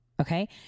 Okay